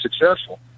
successful